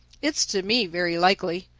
it's to me very likely.